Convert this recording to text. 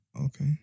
okay